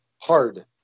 hard